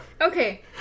Okay